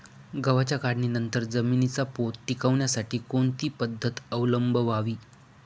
गव्हाच्या काढणीनंतर जमिनीचा पोत टिकवण्यासाठी कोणती पद्धत अवलंबवावी?